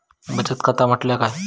बचत खाता म्हटल्या काय?